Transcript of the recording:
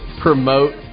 promote